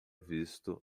visto